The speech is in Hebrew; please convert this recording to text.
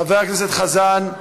חבר הכנסת חזן.